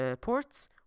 ports